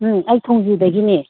ꯎꯝ ꯑꯩ ꯊꯣꯡꯖꯨꯗꯒꯤꯅꯦ